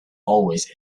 always